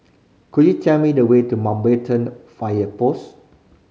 could you tell me the way to Mountbatten Fire Post